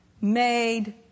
made